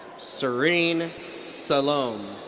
sharin salam.